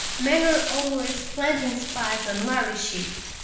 men were always planting spies on lhari ships,